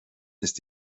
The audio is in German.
ist